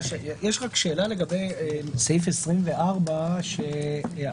יש רק שאלה לגבי סעיף 24. היו